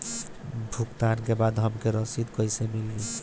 भुगतान के बाद हमके रसीद कईसे मिली?